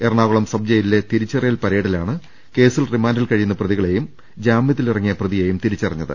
എറണാകുളം സബ്ജയിലിലെ തിരിച്ചറിയൽ പരേഡിലാണ് കേസിൽ റിമാന്റിൽ കഴി യുന്ന പ്രതികളെയും ജാമ്യത്തിൽ ഇറങ്ങിയ പ്രതിയെയും തിരിച്ചറി ഞ്ഞത്